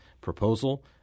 proposal